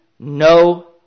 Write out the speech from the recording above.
No